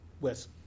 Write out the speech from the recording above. West